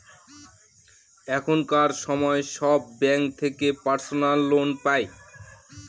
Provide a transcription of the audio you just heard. এখনকার সময় সব ব্যাঙ্ক থেকে পার্সোনাল লোন পাই